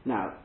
Now